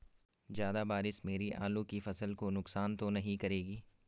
ज़्यादा बारिश मेरी आलू की फसल को नुकसान तो नहीं करेगी?